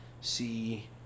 see